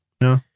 no